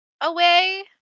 away